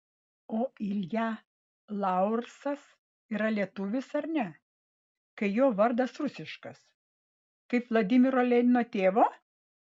o ilja laursas yra lietuvis ar ne kai jo vardas rusiškas kaip vladimiro lenino tėvo